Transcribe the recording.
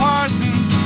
Parsons